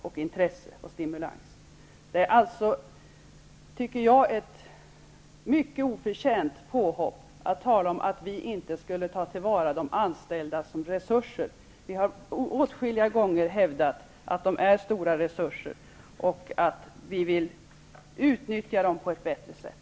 Jag tycker därför att det är ett mycket oförtjänt påhopp att säga att vi inte skulle ta tillvara de anställda som resurser. Vi har åtskilliga gånger hävdat att de är stora resurser och sagt att vi vill utnyttja dem på ett bättre sätt.